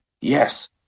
Yes